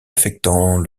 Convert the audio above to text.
affectant